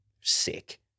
sick